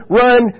run